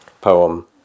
Poem